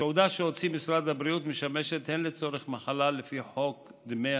התעודה שהוציא משרד הבריאות משמשת הן לצורך מחלה לפי חוק דמי